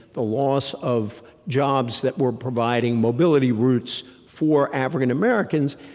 the loss of jobs that were providing mobility routes for african-americans,